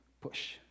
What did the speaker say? push